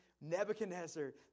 Nebuchadnezzar